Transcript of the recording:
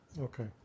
Okay